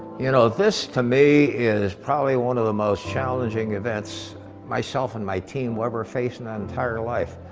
you know, this to me is probably one of the most challenging events myself and my team were ever faced in our entire life.